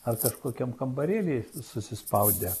ar kažkokiam kambarėly susispaudę